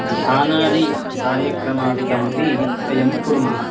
ध्यानादिकार्यक्रमादिकमपि वयं कुर्मः